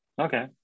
okay